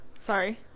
Sorry